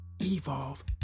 Evolve